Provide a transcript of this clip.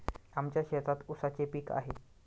आमच्या शेतात ऊसाचे पीक आहे